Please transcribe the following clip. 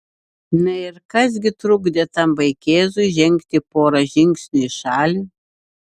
na ir kas gi trukdė tam vaikėzui žengti porą žingsnių į šalį